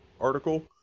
article